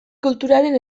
kulturaren